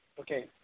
Okay